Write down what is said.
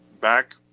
back